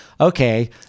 okay